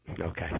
Okay